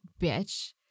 bitch